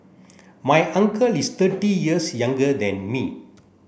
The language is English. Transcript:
my uncle is thirty years younger than me